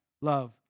love